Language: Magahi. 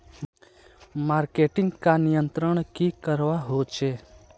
मार्केटिंग का नियंत्रण की करवा होचे?